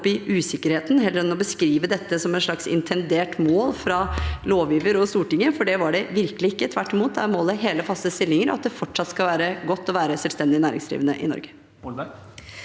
i usikkerheten, heller enn å beskrive dette som et slags intendert mål fra lovgiver, altså Stortinget, for det var det virkelig ikke. Tvert imot: Målet er hele faste stillinger og at det fortsatt skal være godt å være selvstendig næringsdrivende i Norge.